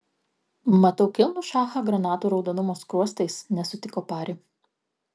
matau kilnų šachą granatų raudonumo skruostais nesutiko pari